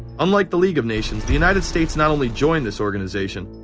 unlike the league of nations, the united states not only joined this organization,